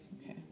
okay